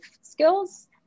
skills